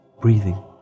breathing